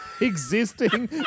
existing